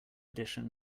edition